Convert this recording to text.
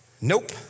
nope